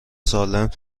سالم